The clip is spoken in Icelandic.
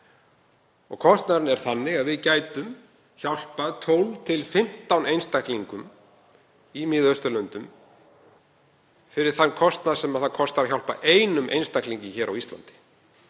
Kostnaðurinn er þannig að við gætum hjálpað 12–15 einstaklingum í Miðausturlöndum fyrir þann kostnað sem það kostar að hjálpa einum einstaklingi hér á Íslandi.